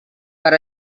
per